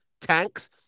tanks